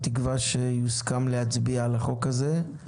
בתקווה שיוסכם להצביע על הצעת החוק הזאת.